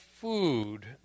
food